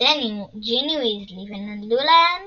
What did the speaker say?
התחתן עם ג'יני ויזלי ונולדו להם